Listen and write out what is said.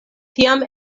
tiam